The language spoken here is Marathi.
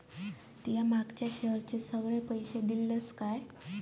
तू मागच्या शेअरचे सगळे पैशे दिलंस काय?